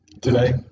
today